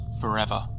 forever